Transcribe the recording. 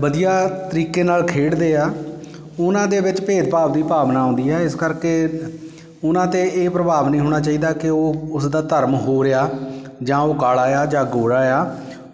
ਵਧੀਆ ਤਰੀਕੇ ਨਾਲ ਖੇਡਦੇ ਆ ਉਹਨਾਂ ਦੇ ਵਿੱਚ ਭੇਦ ਭਾਵ ਦੀ ਭਾਵਨਾ ਆਉਂਦੀ ਹੈ ਇਸ ਕਰਕੇ ਉਹਨਾਂ 'ਤੇ ਇਹ ਪ੍ਰਭਾਵ ਨਹੀਂ ਹੋਣਾ ਚਾਹੀਦਾ ਕਿ ਉਹ ਉਸ ਦਾ ਧਰਮ ਹੋਰ ਆ ਜਾਂ ਉਹ ਕਾਲਾ ਆ ਜਾਂ ਗੋਰਾ ਆ